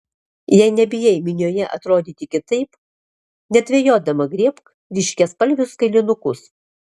jei nebijai minioje atrodyti kitaip nedvejodama griebk ryškiaspalvius kailinukus